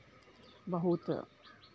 बहुत